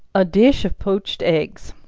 a dish of poached eggs.